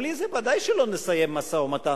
בלי זה ודאי שלא נסיים משא-ומתן.